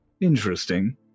interesting